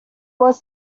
was